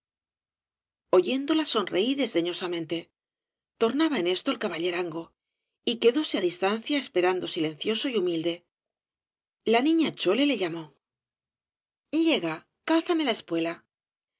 bermúdez oyéndola sonreí desdeñosamente tornaba en esto el caballerango y quedóse á distancia esperando silencioso y humilde la niñn chole le llamó llega cálzame la espuela